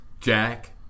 Jack